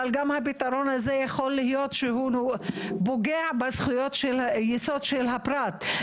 אבל ייתכן שהוא פוגע בזכויות היסוד של הפרט.